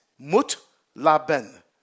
mutlaben